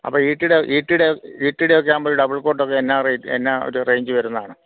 അപ്പോൾ ഈട്ടിയുടെ ഈട്ടിയുടെ ഈട്ടിയിടെ ഒക്കെ ആവുമ്പോൾ ഈ ഡബിൾ കോട്ടൊക്കെ എന്നാ റേറ്റ് എന്നാ ഒരു റേഞ്ച് വരുന്നതാണ്